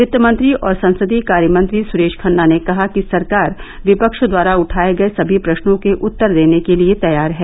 वित्त मंत्री और संसदीय कार्य मंत्री सुरेश खन्ना ने कहा कि सरकार विपक्ष द्वारा उठाये गये सभी प्रश्नों के उत्तर देने के लिये तैयार है